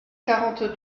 quarante